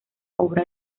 obra